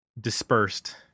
dispersed